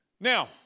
Now